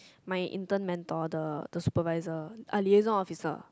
my intern mentor the supervisor our liaison officer